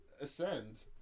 ascend